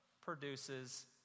produces